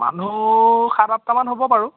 মানুহ সাত আঠটামান হ'ব বাৰু